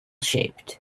shaped